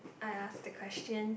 I ask the question